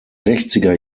sechziger